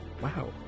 Wow